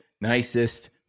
nicest